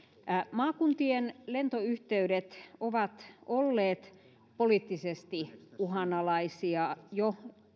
maakuntien lentoyhteydet ovat olleet poliittisesti uhanalaisia jo